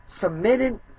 submitted